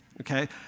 okay